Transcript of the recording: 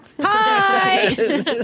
Hi